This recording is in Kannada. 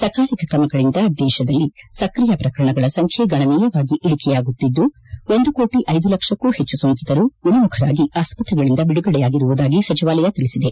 ಸಕಾಲಿಕ ಕ್ರಮಗಳಿಂದ ದೇಶದಲ್ಲಿ ಸಕ್ರಿಯ ಪ್ರಕರಣಗಳ ಸಂಬ್ಯೆ ಗಣನೀಯವಾಗಿ ಇಳಿಕೆಯಾಗುತ್ತಿದ್ದು ಒಂದು ಕೋಟಿ ಐದು ಲಕ್ಷಕ್ಕೂ ಹೆಚ್ಚು ಸೋಂಕಿತರು ಗುಣಮುಖರಾಗಿ ಆಸ್ಪತ್ರೆಗಳಿಂದ ಬಿಡುಗಡೆಯಾಗಿರುವುದಾಗಿ ಸಚಿವಾಲಯ ತಿಳಿಸಿದೆ